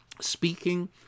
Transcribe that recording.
speaking